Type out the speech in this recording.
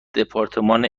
دپارتمان